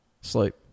Sleep